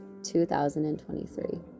2023